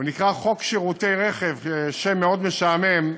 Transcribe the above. הוא נקרא חוק שירותי רכב, שם מאוד משעמם,